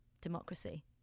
democracy